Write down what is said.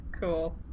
Cool